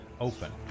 open